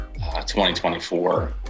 2024